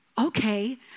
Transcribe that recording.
okay